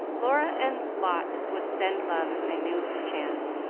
laura and lot would send love if they knew of the chance.